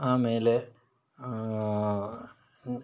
ಆಮೇಲೆ